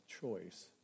choice